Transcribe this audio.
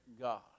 God